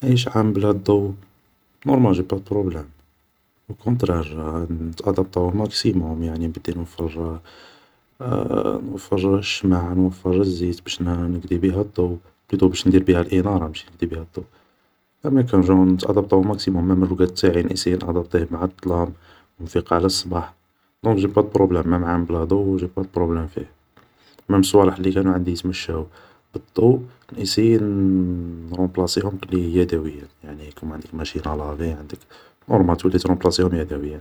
نعيش عام بلا ضو نورمال جيبا دو بروبلام, اوكونترار نتادابطا اوماكسيموم, يعني نبدي نوفر نوفر شمع نوفر الزيت باش نقدي بيها الضوء, باش ندير بيها الانارة ماشي نقدي بيها الضوء, نتادابطا او ماكسيموم, مام رقاد تاعي نايسيي نادابطيه مع الضلام, نفيق على الصباح, دونك جي با دو بروبلام مام عام بلا ضوء جي با دو بروبلام فيه مام الصوالح لي كانو يتمشاو عندي بالضو نايسيي نرومبلاصيهم يدويا يعني كيما عندك ماشينا لافي عندك نورمال تولي ترومبلاسيهم يدويا